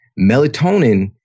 Melatonin